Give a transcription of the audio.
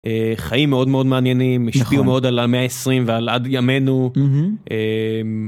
חיים מאוד מאוד מעניינים השפיעו מאוד על המאה ה-20 ועל עד ימינו.